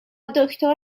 دکتر